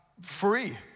free